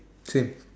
same